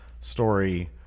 story